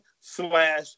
slash